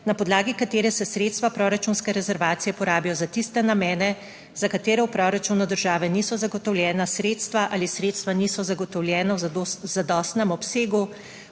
na podlagi katere se sredstva proračunske rezervacije porabijo za tiste namene, za katere v proračunu države niso zagotovljena sredstva ali sredstva niso zagotovljena v zadostnem obsegu,